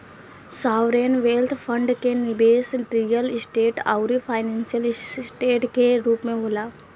sovereign wealth fund के निबेस real estate आउरी फाइनेंशियल ऐसेट के रूप में होला